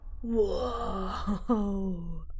Whoa